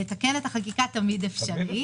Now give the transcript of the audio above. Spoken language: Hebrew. לתקן את החקיקה תמיד אפשרי.